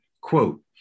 Quote